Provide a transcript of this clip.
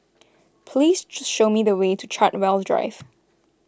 please show me the way to Chartwell Drive